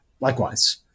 likewise